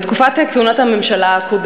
בתקופת הכהונה של הממשלה,